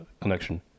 connection